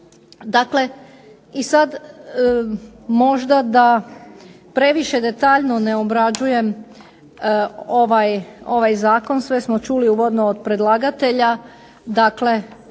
Dakle i sad možda da previše detaljno ne obrađujem ovaj zakon, sve smo čuli uvodno od predlagatelja, dakle